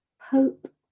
hope